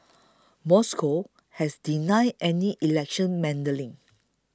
Moscow has denied any election meddling